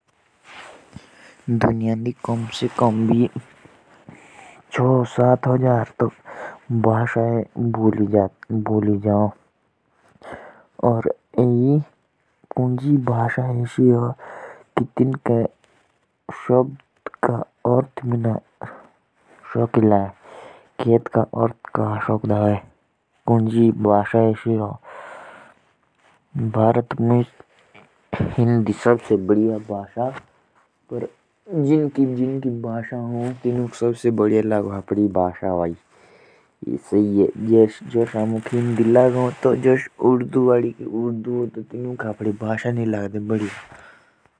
दुनिया में कम से कम छह हजार भाषाएं हैं। और उनमें से भी ज़्यादा बोलियाँ बोली जाती हैं। बोलियाँ बोली जाती हैं और उसे भी कई बोली जाती हैं।